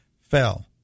fell